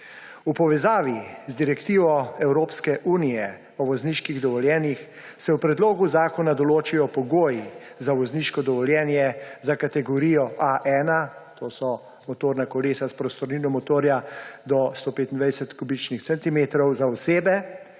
V povezavi z direktivo Evropske unije o vozniških dovoljenjih se v predlogu zakona določijo pogoji za vozniško dovoljenje za kategorijo A1, to so motorna kolesa s prostornino motorja do 1250 kubičnih centimetrov, za osebe,